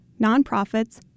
nonprofits